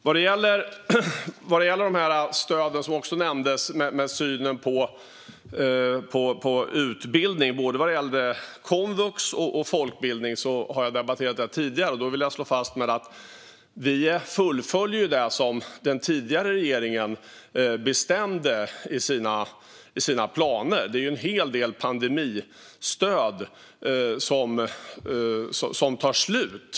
Vad gäller de stöd som nämndes och synen på utbildning - både komvux och folkbildningen - vill jag säga att det är något som jag har debatterat tidigare. Låt mig slå fast att vi fullföljer det som den tidigare regeringen bestämde i sina planer. Det är många pandemistöd som nu tar slut.